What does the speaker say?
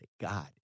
God